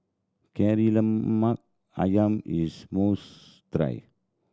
Kari Lemak Ayam is a most try